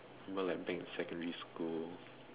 remember like back in secondary school